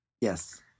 Yes